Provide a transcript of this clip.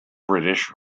british